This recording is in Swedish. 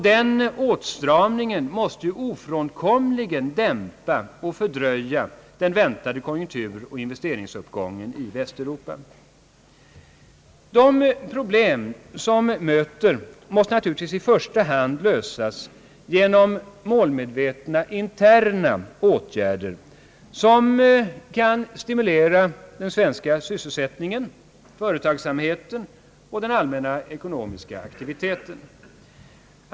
Den åtstramningen måste ofrånkomligt dämpa och fördröja den väntade konjunkturoch investeringsuppgången i Västeuropa. De problem som möter måste naturligtvis i första hand lösas genom målmedvetna interna åtgärder, som kan stimulera den svenska sysselsättningen och företagsamheten samt den allmänna ekonomiska effektiviteten.